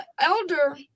elder